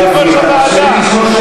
ולכן,